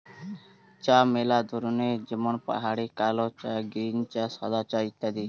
চা ম্যালা ধরনের যেমন পাহাড়ি কালো চা, গ্রীন চা, সাদা চা ইত্যাদি